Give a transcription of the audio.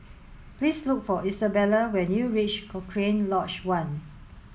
please look for Isabella when you reach Cochrane Lodge One